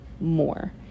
more